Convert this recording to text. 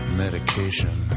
medication